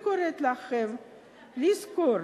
וקוראת לכם לזכור